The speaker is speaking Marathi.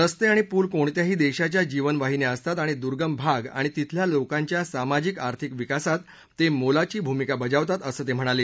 रस्ते आणि पूल कोणत्याही देशाच्या जीवनवाहिन्या असतात आणि दुर्गम भाग आणि तिथल्या लोकांच्या सामाजिक आर्थिक विकासात ते मोलाची भूमिका बजावतात असं ते म्हणाले